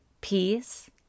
peace